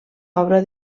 obra